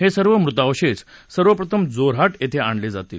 हे सर्व मृतावशेष सर्वप्रथम जोरहाट येथे आणले जातील